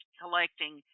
collecting